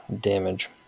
damage